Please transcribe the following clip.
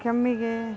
ಕೆಮ್ಮಿಗೆ